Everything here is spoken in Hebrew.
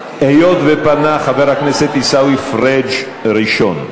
היות שפנה חבר הכנסת עיסאווי פריג' ראשון,